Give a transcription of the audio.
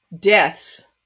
deaths